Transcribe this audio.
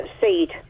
seed